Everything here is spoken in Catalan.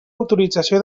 autorització